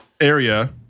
area